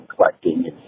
collecting